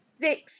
Six